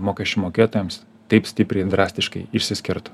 mokesčių mokėtojams taip stipriai drastiškai išsiskirt